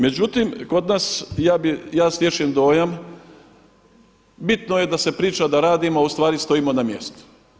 Međutim, kod nas, ja stječem dojam, bitno je da se priča da radimo, a u stvari stojimo na mjestu.